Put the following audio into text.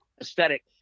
aesthetic